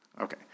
Okay